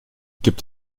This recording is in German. gibt